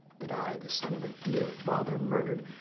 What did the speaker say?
that i, the son of a dear father murder'd,